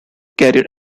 career